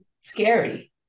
scary